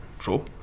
Sure